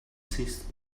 since